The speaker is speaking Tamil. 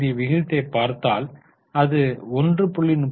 தற்போதைய விகிதத்தைப் பார்த்தால் அது 1